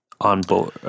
onboard